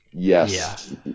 Yes